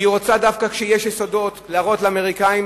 והיא רוצה דווקא כשיש יסודות להראות לאמריקנים,